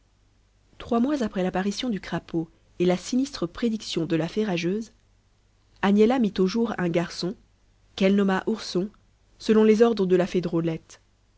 trois mois après l'apparition du crapaud et la sinistre prédiction de la fée rageuse agnella mit au jour un garçon qu'elle nomma ourson selon les ordres de la fée drôlette